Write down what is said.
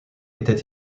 était